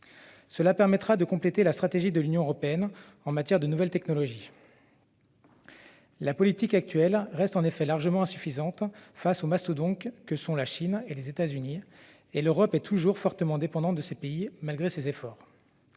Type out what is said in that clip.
qui permettra de compléter la stratégie de l'Union européenne en matière de nouvelles technologies. La politique actuelle reste en effet largement insuffisante face aux mastodontes que sont la Chine et les États-Unis. L'Europe est toujours fortement dépendante de ces pays, malgré ses efforts.